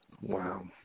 Wow